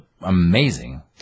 amazing